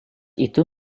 itu